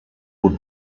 would